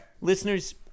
Listeners